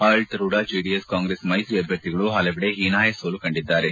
ಆಡಳಿತಾರೂಢ ಜೆಡಿಎಸ್ ಕಾಂಗ್ರೆಸ್ ಮೈತ್ರಿ ಅಭ್ಯರ್ಥಿಗಳು ಹಲವೆಡೆ ಹೀನಾಯ ಸೋಲು ಕಂಡಿದ್ದಾರೆ